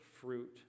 fruit